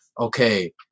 Okay